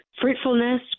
fruitfulness